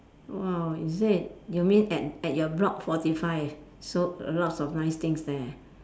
!wow! is it you mean at at your block forty five so lots of nice things there